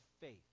faith